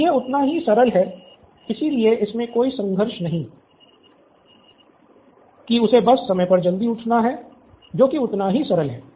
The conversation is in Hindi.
तो यह उतना ही सरल है इसलिए इसमें कोई संघर्ष नहीं है कि उसे बस समय पर जल्दी उठना है जो कि उतना ही सरल है